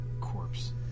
corpse